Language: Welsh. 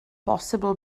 bosibl